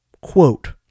quote